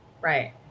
Right